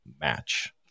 match